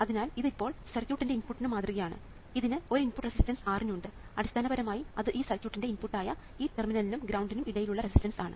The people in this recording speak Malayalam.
അതിനാൽ ഇത് ഇപ്പോൾ സർക്യൂട്ടിന്റെ ഇൻപുട്ടിനുള്ള മാതൃകയാണ് ഇതിന് ഒരു ഇൻപുട്ട് റെസിസ്റ്റൻസ് Rin ഉണ്ട് അടിസ്ഥാനപരമായി അത് ഈ സർക്യൂട്ടിന്റെ ഇൻപുട്ടായ ഈ ടെർമിനലിനും ഗ്രൌണ്ടിനും ഇടയിലുള്ള റെസിസ്റ്റൻസ് ആണ്